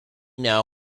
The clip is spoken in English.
now